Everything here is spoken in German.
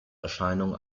erscheinung